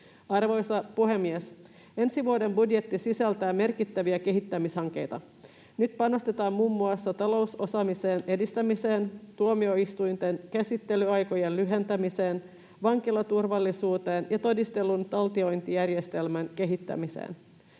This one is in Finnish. Arvoisa puhemies! Ensi vuoden budjetti sisältää merkittäviä kehittämishankkeita. Nyt panostetaan muun muassa talousosaamisen edistämiseen, tuomioistuinten käsittelyaikojen lyhentämiseen, vankilaturvallisuuteen ja todistelun taltiointijärjestelmän kehittämiseen.